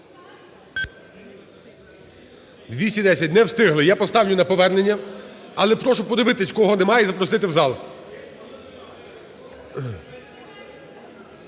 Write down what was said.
За-210 Не встигли. Я поставлю на повернення, але прошу подивитися кого немає і запросити в зал.